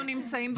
שקר.